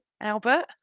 Albert